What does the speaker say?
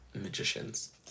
magicians